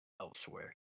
elsewhere